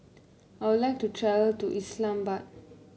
I would like to to Islamabad